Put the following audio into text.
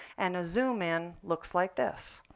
and a zoom in looks like this.